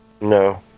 No